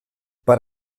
per